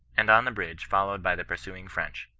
and on the bridge followed by the pursuing french.